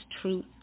truth